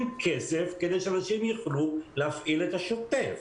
כסף כדי שאנשים יוכלו להפעיל את השוטף.